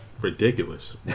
ridiculous